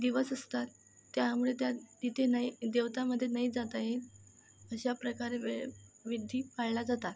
दिवस असतात त्यामुळे त्या तिथे नाही देवतामध्ये नाही जाता येत अशा प्रकारे वेळ विधी पाळल्या जातात